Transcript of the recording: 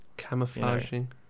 camouflaging